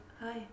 hi